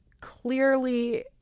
clearly